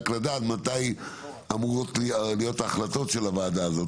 לדעת מתי אמורות להיות ההחלטות של הוועדה הזאת,